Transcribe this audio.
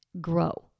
grow